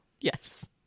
Yes